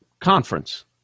conference